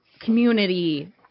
community